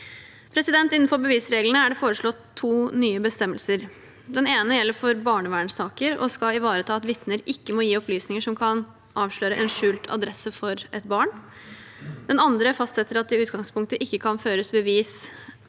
Innenfor bevisreglene er det foreslått to nye bestemmelser. Den ene gjelder for barnevernssaker og skal ivareta at vitner ikke må gi opplysninger som kan avsløre en skjult adresse for et barn. Den andre fastsetter at det i utgangspunktet ikke kan føres bevis